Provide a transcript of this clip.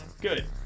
good